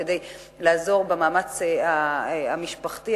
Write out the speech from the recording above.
כדי לעזור במאמץ המשפחתי,